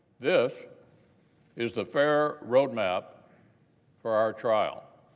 this is the fair roadmap for our trial.